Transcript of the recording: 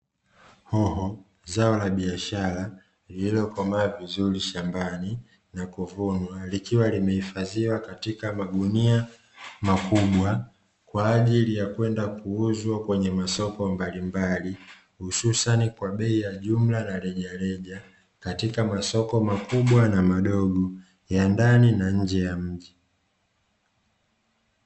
Hoho zao la biashara lililokomaa vizuri shambani na kuvunwa likiwa limehifadhiwa katika magunia makubwa, kwa ajili ya kwenda kuuzwa kwenye masoko mbalimbali hususani kwa bei ya jumla na rejareja katika masoko makubwa na madogo ya ndani na nje ya mji.